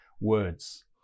words